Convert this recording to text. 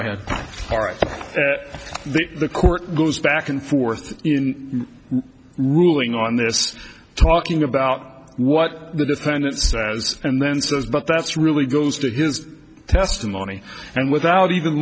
ahead the court goes back and forth in ruling on this talking about what the defendant says and then says but that's really goes to his testimony and without even